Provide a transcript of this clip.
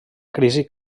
crisi